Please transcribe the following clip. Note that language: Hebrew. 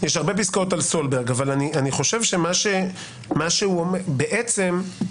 בעצם,